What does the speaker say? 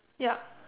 ya